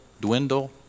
dwindle